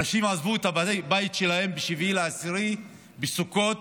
האנשים עזבו את הבתים שלהם ב-7 באוקטובר, בסוכות,